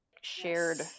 shared